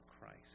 Christ